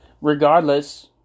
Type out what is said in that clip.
Regardless